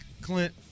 Clint –